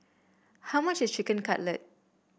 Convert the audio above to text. how much is Chicken Cutlet